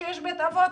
שיש בית אבות.